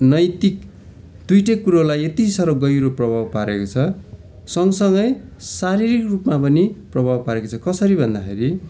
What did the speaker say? नैतिक दुइवटै कुरोलाई यति साह्रो गहिरो प्रभाव पारेको छ सँग सँगै शारीरिक रूपमा पनि प्रभाव पारेको छ कसरी भन्दाखेरि